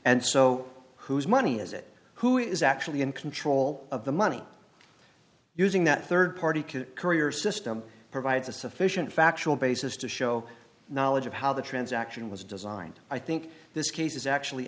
and so whose money is it who is actually in control of the money using that rd party can courier system provides a sufficient factual basis to show knowledge of how the transaction was designed i think this case is actually